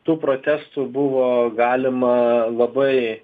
tų protestų buvo galima labai